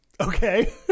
Okay